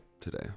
today